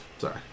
Sorry